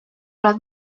oled